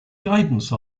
guidance